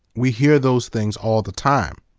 we hear those things all the time.